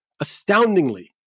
astoundingly